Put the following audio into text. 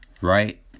right